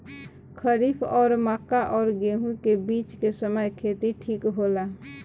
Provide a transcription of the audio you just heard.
खरीफ और मक्का और गेंहू के बीच के समय खेती ठीक होला?